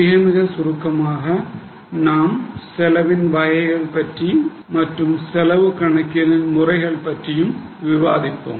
மிக மிக சுருக்கமாக நாம் செலவழிக்கும் வகைகள் மற்றும் செலவு கணக்கியலின் முறைகள் பற்றி விவாதிப்போம்